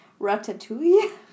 Ratatouille